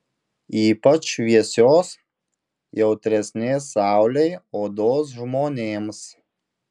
ypač šviesios jautresnės saulei odos žmonėms